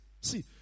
See